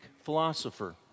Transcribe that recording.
philosopher